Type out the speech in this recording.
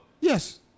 Yes